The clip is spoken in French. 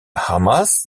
hamas